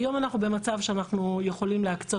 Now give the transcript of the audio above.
היום אנחנו במצב שאנחנו יכולים להקצות